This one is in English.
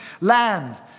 land